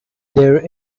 there